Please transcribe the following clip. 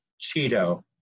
Cheeto